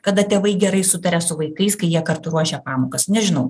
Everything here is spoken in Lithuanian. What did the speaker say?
kada tėvai gerai sutaria su vaikais kai jie kartu ruošia pamokas nežinau